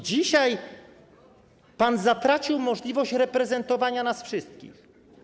Dzisiaj pan zatracił możliwość reprezentowania nas wszystkich.